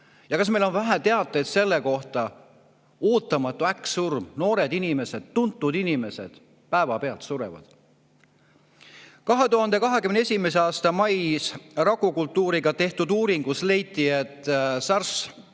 Ja kas meil on vähe teateid selle kohta, [kuidas tekib] ootamatu äkksurm, noored inimesed, tuntud inimesed päevapealt surevad? 2021. aasta mais rakukultuuriga tehtud uuringus leiti, et SARS-CoV-2